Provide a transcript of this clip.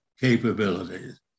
capabilities